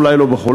אולי לא בכולם,